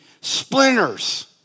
splinters